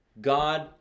god